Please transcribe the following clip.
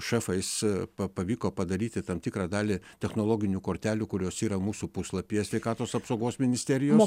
šefais pa pavyko padaryti tam tikrą dalį technologinių kortelių kurios yra mūsų puslapyje sveikatos apsaugos ministerijos